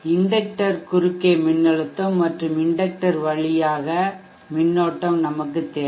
inductor குறுக்கே மின்னழுத்தம் மற்றும் இண்டக்டர் வழியாக மின்னோட்டம் நமக்குத் தேவை